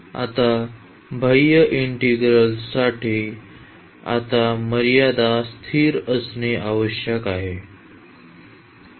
आता बाह्य इंटिग्रल्स साठी आता मर्यादा स्थिर असणे आवश्यक आहे